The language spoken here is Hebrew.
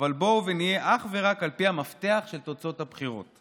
אבל בואו ונהיה אך ורק על פי המפתח של תוצאות הבחירות.